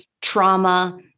trauma